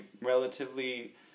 relatively